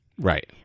Right